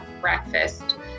breakfast